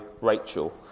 Rachel